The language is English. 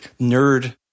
nerd